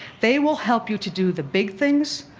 they will help you to do the big things,